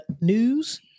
News